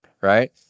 right